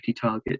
target